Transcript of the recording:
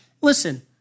listen